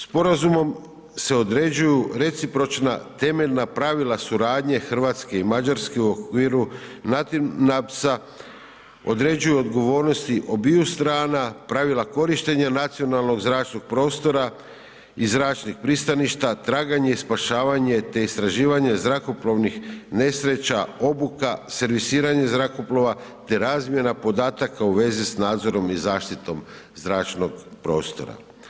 Sporazumom se određuju recipročna temeljna pravila suradnje Hrvatske i Mađarske u okviru NATINAMDS-a, određuju odgovornosti obiju stranu, pravila korištenja nacionalnog zračnog prostora i zračnih pristaništa, traganje i spašavanje te istraživanje zrakoplovnih nesreća, obuka, servisiranje zrakoplova te razmjena podataka u vezi s nadzorom i zaštitom zračnog prostora.